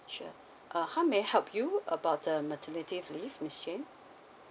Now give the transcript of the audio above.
sure uh how may I help you about the maternity f~ leave miss jane